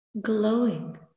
glowing